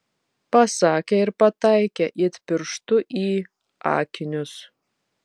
pasakė ir pataikė it pirštu į akinius